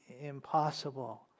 impossible